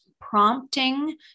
prompting